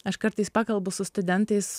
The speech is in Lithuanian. aš kartais pakalbu su studentais